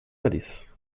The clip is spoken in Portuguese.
nariz